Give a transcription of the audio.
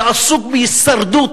שעסוק בהישרדות